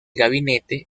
gabinete